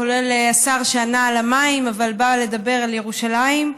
כולל השר שענה על המים אבל בא לדבר על ירושלים,